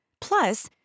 Plus